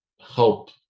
help